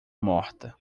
morta